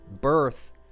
birth